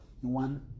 One